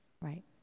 Right